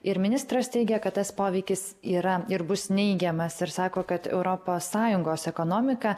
ir ministras teigė kad tas poveikis yra ir bus neigiamas ir sako kad europos sąjungos ekonomika